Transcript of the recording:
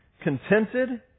contented